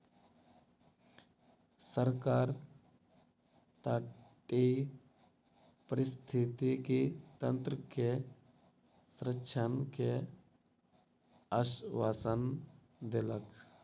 सरकार तटीय पारिस्थितिकी तंत्र के संरक्षण के आश्वासन देलक